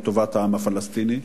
לטובת העם הפלסטיני.